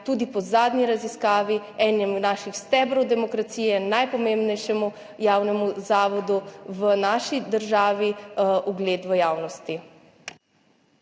pada RTV Slovenija, enemu od naših stebrov demokracije, najpomembnejšemu javnemu zavodu v naši državi, ugled v javnosti.